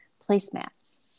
placemats